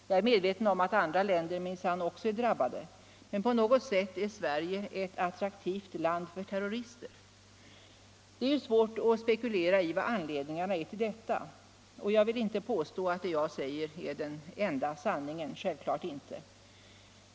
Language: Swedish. Jag är medveten om att andra länder minsann också är drabbade, men på något sätt är Sverige ett attraktivt land för terrorister. Det är svårt att spekulera i anledningarna till detta, och det jag påstår är inte den enda sanningen, självklart inte.